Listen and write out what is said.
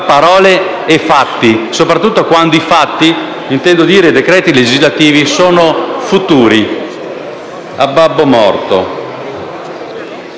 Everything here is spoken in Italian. parole e fatti, soprattutto quando i fatti, intendo dire i decreti legislativi, sono futuri,